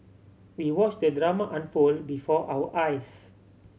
we watched the drama unfold before our eyes